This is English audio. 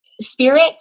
Spirit